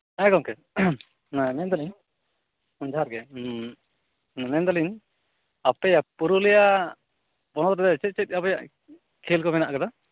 ᱦᱮᱸ ᱜᱚᱢᱠᱮ ᱱᱚᱜᱼᱚᱭ ᱢᱮᱱᱫᱟᱞᱤᱧ ᱡᱚᱦᱟᱨ ᱜᱮ ᱢᱮᱱᱫᱟᱞᱤᱧ ᱟᱯᱮ ᱯᱩᱨᱩᱞᱤᱭᱟᱹ ᱦᱚᱱᱚᱛ ᱨᱮ ᱪᱮᱫ ᱪᱮᱫ ᱟᱯᱮᱭᱟᱜ ᱠᱷᱮᱞ ᱠᱚ ᱢᱮᱱᱟᱜ ᱟᱠᱟᱫᱟ